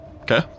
Okay